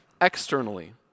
externally